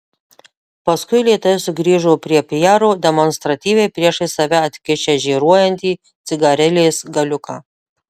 paskui lėtai sugrįžo prie pjero demonstratyviai priešais save atkišęs žėruojantį cigarilės galiuką